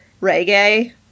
reggae